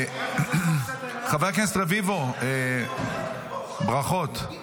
חבר הכנסת רביבו, ברכות.